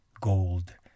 gold